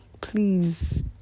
please